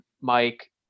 Mike